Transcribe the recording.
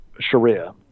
Sharia